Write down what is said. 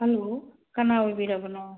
hello ꯀꯅꯥ ꯑꯣꯏꯕꯤꯔꯕꯅꯣ